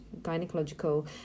gynecological